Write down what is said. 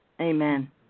Amen